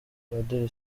padiri